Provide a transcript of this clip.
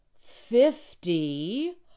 Fifty